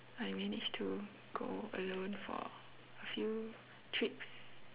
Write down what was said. I managed to go alone for a few trips